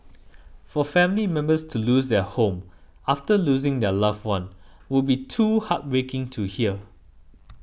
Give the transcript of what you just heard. for family members to lose their home after losing their loved one would be too heartbreaking to hear